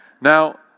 Now